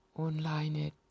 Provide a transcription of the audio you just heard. Online